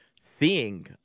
seeing